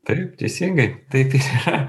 taip teisingai taip ir yra